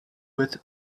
with